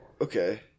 Okay